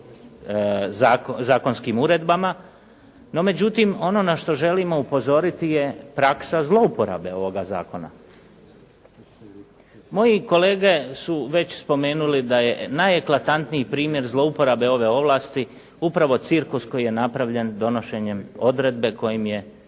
zakonskim uredbama, no međutim ono na što želimo upozoriti je praksa zlouporabe ovoga zakona. Moji kolege su već spomenuli da je najeklatantniji primjer zlouporabe ove ovlasti, upravo cirkus koji je napravljen donošenjem odredbe kojom je